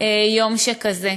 יום שכזה.